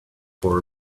for